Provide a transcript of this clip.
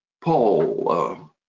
Paul